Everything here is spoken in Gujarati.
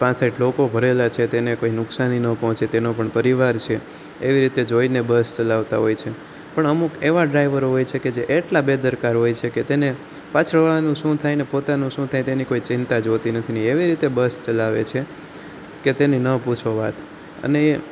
પાંસઠ લોકો ભરેલાં છે તેને કોઈ નુકશાની ન પહોંચે તેનો પણ પરિવાર છે એવી રીતે જોઈને બસ ચલાવતાં હોય છે પણ અમુક એવા ડ્રાઇવર હોય છે કે જે એટલા બેદરકાર હોય છે કે તેને પાછળવાળાનું શું થાય ને પોતાનું શું થાય તેની કોઈ ચિંતા જ હોતી નથી ને એવી રીતે બસ ચલાવે છે કે તેની ન પૂછો વાત અને એ